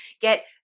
get